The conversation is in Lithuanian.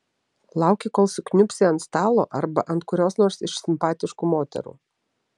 lauki kol sukniubsi ant stalo arba ant kurios nors iš simpatiškų moterų